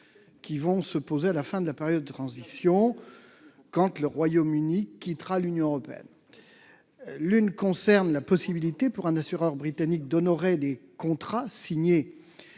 qui vont se poser à la fin de la période de transition, quand le Royaume-Uni quittera l'Union européenne : l'une concerne la possibilité, pour un assureur britannique, d'honorer les contrats signés